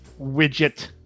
widget